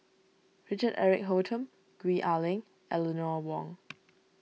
Richard Eric Holttum Gwee Ah Leng Eleanor Wong